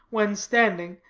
when standing,